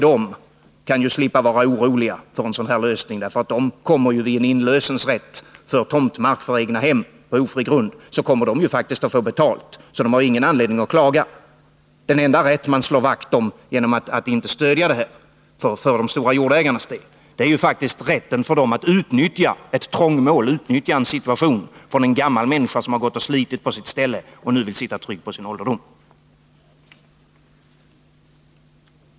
de kan slippa vara oroliga — de kommer ju faktiskt vid en rätt till inlösen av tomtmark för egnahem på ofri grund att få betalt. De har alltså ingen anledning att klaga. Den enda rätt för de stora jordägarnas del som man slår vakt om genom att inte stödja det här förslaget är rätten för dem att utnyttja ett trångmål, att utnyttja den situation en gammal människa befinner sig i som gått och slitit på sitt ställe och nu vill sitta tryggt på sin ålderdom.